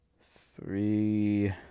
three